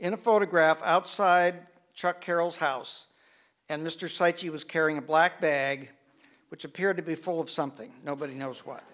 in a photograph outside chuck carroll's house and mr sikes he was carrying a black bag which appeared to be full of something nobody knows what